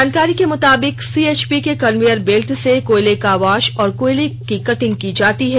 जानकारी के मुताबिक सीएचपी के कन्वेयर बेल्ट से कोयले का वास और कोयले का कटिंग किया जाता है